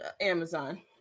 amazon